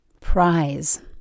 prize